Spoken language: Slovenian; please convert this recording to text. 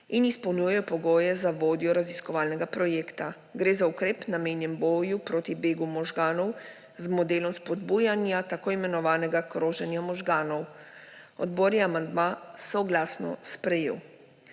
in izpolnjujejo pogoje za vodjo raziskovalnega projekta. Gre za ukrep, namenjen boju proti begu možganov, z modelom spodbujanja tako imenovanega kroženja možganov. Odbor je amandma soglasno sprejel.